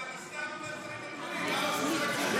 אבל אתם סתם אומר דברים לא נכונים.